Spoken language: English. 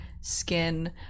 skin